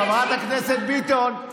חברת הכנסת ביטון,